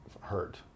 hurt